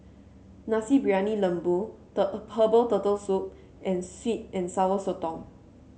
Nasi Briyani Lembu Herbal Turtle Soup and sweet and Sour Sotong